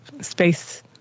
space